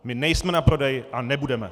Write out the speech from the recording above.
My nejsme na prodej a nebudeme!